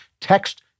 Text